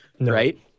Right